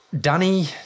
Danny